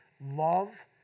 love